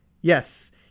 Yes